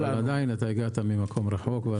עדיין, הגעת ממקום רחוק.